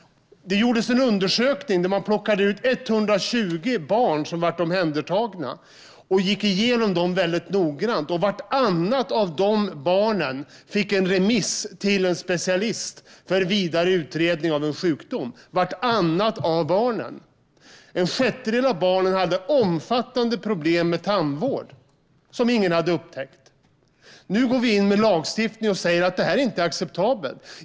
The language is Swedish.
Det gjordes en undersökning där man plockade ut 120 barn som blivit omhändertagna och gick igenom dem väldigt noggrant. Vartannat av de barnen fick en remiss till en specialist för vidare utredning av en sjukdom. En sjättedel av barnen hade omfattande problem med tandvård, som ingen hade upptäckt. Nu går vi in med lagstiftning och säger att detta inte är acceptabelt.